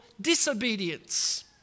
disobedience